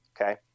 Okay